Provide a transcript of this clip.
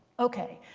ok,